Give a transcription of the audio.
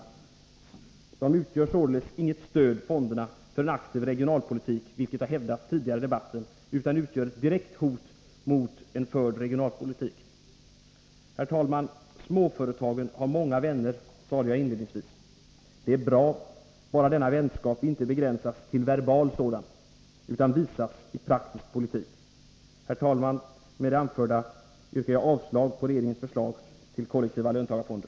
Fonderna utgör således inget stöd för en aktiv regionalpolitik, vilket har hävdats tidigare i debatten, utan utgör ett direkt hot mot en förd regionalpolitik. Herr talman! Småföretagen har många vänner, sade jag inledningsvis. Det är bra, bara denna vänskap inte begränsas till verbal sådan utan visas i praktisk politik. Herr talman! Med det anförda yrkar jag avslag på regeringens förslag till kollektiva löntagarfonder.